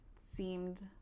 seemed